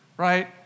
right